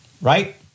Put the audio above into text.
right